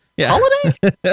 holiday